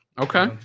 Okay